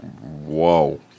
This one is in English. Whoa